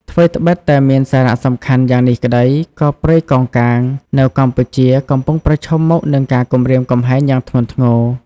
ថ្វីត្បិតតែមានសារៈសំខាន់យ៉ាងនេះក្តី ក៏ព្រៃកោងកាងនៅកម្ពុជាកំពុងប្រឈមមុខនឹងការគំរាមកំហែងយ៉ាងធ្ងន់ធ្ងរ។